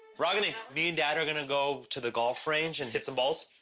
ragini, me and dad are gonna go to the golf range and hit some balls.